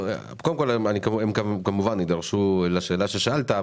הם כמובן יידרשו לשאלה ששאלת,